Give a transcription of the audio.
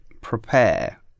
prepare